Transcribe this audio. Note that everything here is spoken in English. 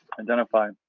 identify